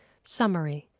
summary.